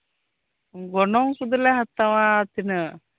ᱜᱚᱱᱚᱝ ᱠᱚᱫᱚᱞᱮ ᱦᱟᱛᱟᱣᱟ ᱛᱤᱱᱟᱹᱜ